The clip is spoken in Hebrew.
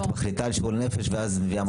את מחליטה על שיעור לנפש ומביאה מכשירים.